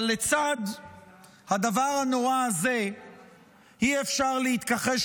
אבל לצד הדבר הנורא הזה אי-אפשר להתכחש